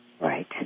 Right